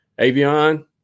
Avion